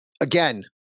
again